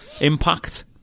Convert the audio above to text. Impact